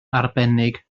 arbennig